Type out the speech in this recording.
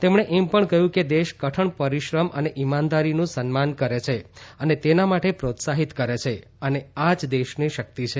તેમણે એમ પણ કહયું કે દેશ કઠણ પરિશ્રમ અને ઈમાનદારીનું સન્માન કરે છે અને તેના માટે પ્રોત્સાહિત કરે છે અને આ જ દેશની શકિત છે